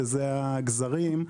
שזה הגזרים,